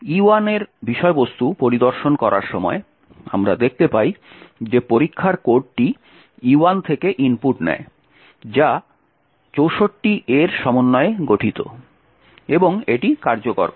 E1 এর বিষয়বস্তু পরিদর্শন করার সময় আমরা দেখতে পাই যে পরীক্ষার কোডটি E1 থেকে ইনপুট নেয় যা 64 A এর সমন্বয়ে গঠিত এবং এটি কার্যকর করে